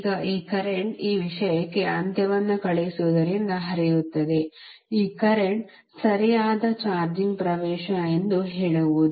ಈಗ ಈ ಕರೆಂಟ್ ಈ ವಿಷಯಕ್ಕೆ ಅಂತ್ಯವನ್ನು ಕಳುಹಿಸುವುದರಿಂದ ಹರಿಯುತ್ತದೆ ಈ ಕರೆಂಟ್ ಸರಿಯಾದ ಚಾರ್ಜಿಂಗ್ ಪ್ರವೇಶ ಎಂದು ಹೇಳುವುದು